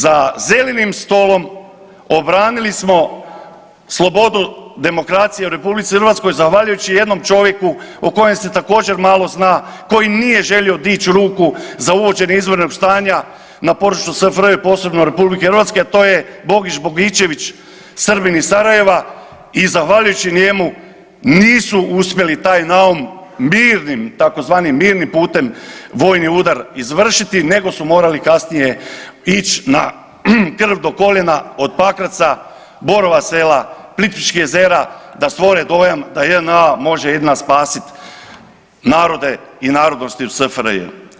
Za zelenim stolom obranili smo slobodu demokracije u RH zahvaljujući jednom čovjeku o kojem se također malo zna, koji nije želio dići ruku za uvođenje izvanrednog stanja na području SFRJ, a posebno RH, a to je Bogić Bogičević, Srbin iz Sarajeva i zahvaljujući njemu nisu uspjeli taj naum mirnim tzv. mirnim putem vojni udar izvršiti nego su morali kasnije ići na krv do koljena od Pakraca, Borova Sela, Plitvičkih jezera da stvore dojam da JNA može jedina spasiti narode i narodnosti u SFRJ.